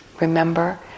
remember